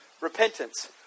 Repentance